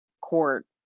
Court